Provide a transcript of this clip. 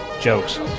jokes